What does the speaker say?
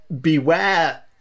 beware